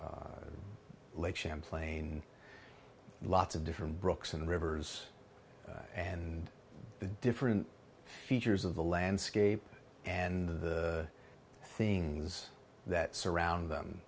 champlain lots of different brooks and rivers and the different features of the landscape and the things that surround them